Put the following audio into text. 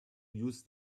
use